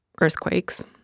earthquakes